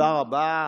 תודה רבה.